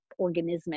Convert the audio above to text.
organismic